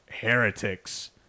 heretics